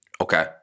okay